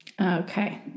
Okay